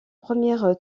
première